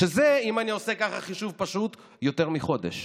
שזה, אם אני עושה חישוב פשוט, יותר מחודש